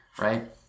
right